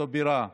באותה בירה.